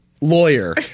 lawyer